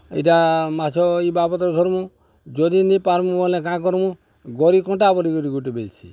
ଇଟା ମାଛ ଇ ବାବଦ୍ରେ ଧର୍ମୁ ଯଦିି ନିପାର୍ମୁ ବଏଲେ କାଁ କର୍ମୁ ଗରି କଣ୍ଟା ବଲିକରି ଗୁଟେ ମିଲ୍ସିି